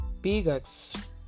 bigots